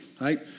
right